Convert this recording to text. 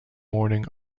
morning